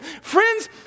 Friends